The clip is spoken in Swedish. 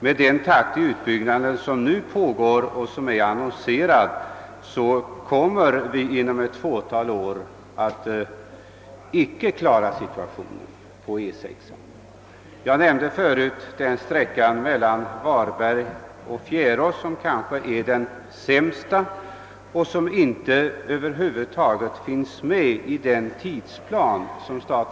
Med den nuvarande utbyggnadstakten och den som annonserats den närmaste tiden kommer vi inom få år att vara ur stånd att klara situationen. Jag nämnde förut sträckan mellan Varberg och Fjärås som kanske är den sämsta och som över huvud taget inte finns med i statens vägverks tidsplan för ombyggnad.